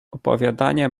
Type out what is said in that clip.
opowiadanie